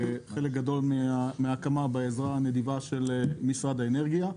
חלק גדול מההקמה בעזרה הנדיבה של משרד האנרגיה.